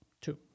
Two